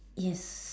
yes